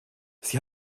sie